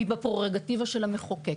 והיא בפררוגטיבה של המחוקק.